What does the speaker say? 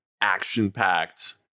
action-packed